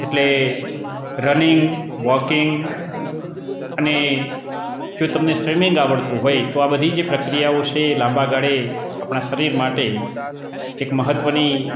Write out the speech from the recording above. એટલે running walking અને જો તમને સ્વિમિંગ આવડતું હોય તો આ બધી જે પ્રક્રિયાઓ છે લાંબા ગાળે આપણા શરીર માટે એક મહત્વની